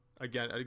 again